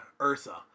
Ursa